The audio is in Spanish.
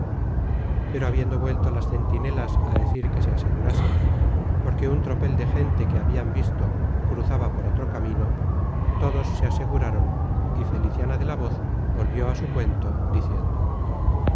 pero habiendo vuelto las centinelas a decir que se asegurasen porque un tropel de gente que habian visto cruzaba por otro camino todos se aseguraron y feliciana de la voz volvió a su cuento diciendo